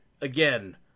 again